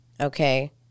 Okay